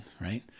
Right